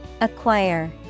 acquire